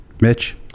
mitch